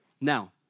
Now